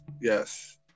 yes